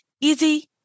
Easy